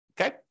okay